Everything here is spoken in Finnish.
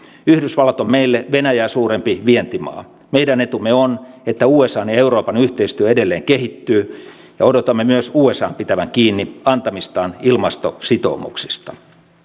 yhdysvallat on meille venäjää suurempi vientimaa meidän etumme on että usan ja euroopan yhteistyö edelleen kehittyy ja odotamme myös usan pitävän kiinni antamistaan ilmastositoumuksista